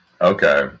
Okay